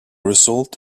result